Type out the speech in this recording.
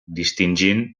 distingint